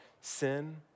sin